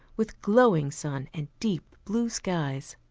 with glowing sun and deep blue skies.